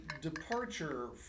departure